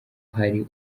hari